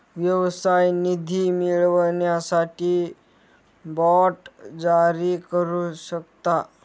व्यवसाय निधी मिळवण्यासाठी बाँड जारी करू शकता